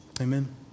Amen